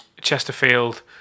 Chesterfield